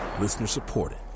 Listener-supported